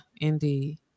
indeed